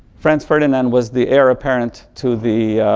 franz ferdinand was the heir apparent to the